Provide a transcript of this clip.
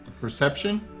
perception